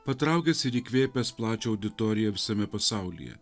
patraukęs ir įkvėpęs plačią auditoriją visame pasaulyje